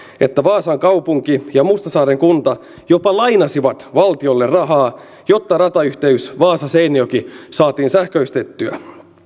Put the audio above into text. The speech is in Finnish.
että vaasan kaupunki ja mustasaaren kunta jopa lainasivat valtiolle rahaa jotta ratayhteys vaasa seinäjoki saatiin sähköistettyä